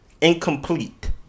incomplete